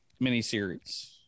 miniseries